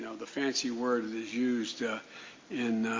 you know the fancy word is used in